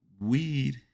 weed